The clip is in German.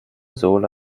sohle